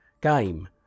game